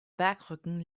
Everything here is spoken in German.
bergrücken